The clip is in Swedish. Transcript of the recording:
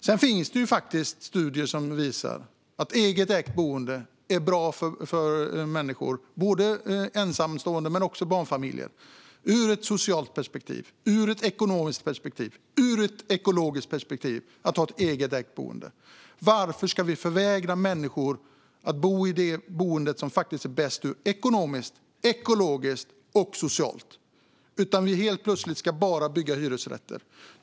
Sedan finns det studier som visar att det är bra för människor, både ensamstående och barnfamiljer, att ha ett eget ägt boende - ur ett socialt perspektiv, ur ett ekonomiskt perspektiv och ur ett ekologiskt perspektiv. Varför ska vi förvägra människor att bo i det boende som faktiskt är bäst ekonomiskt, ekologiskt och socialt? Helt plötsligt ska vi bara bygga hyresrätter.